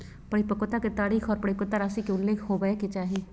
परिपक्वता के तारीख आर परिपक्वता राशि के उल्लेख होबय के चाही